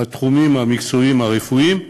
התחומים המקצועיים הרפואיים,